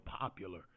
popular